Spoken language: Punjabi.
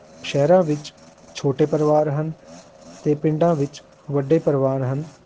ਸ਼ਹਿਰਾਂ ਵਿੱਚ ਛੋਟੇ ਪਰਿਵਾਰ ਹਨ ਅਤੇ ਪਿੰਡਾਂ ਵਿੱਚ ਵੱਡੇ ਪਰਿਵਾਰ ਹਨ